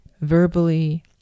verbally